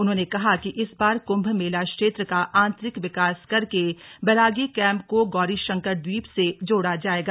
उन्होंने कहा कि इस बार कुंभ मेला क्षेत्र का आंतरिक विकास करके बैरागी कैंप को गौरी शंकर द्वीप से जोड़ा जाएगा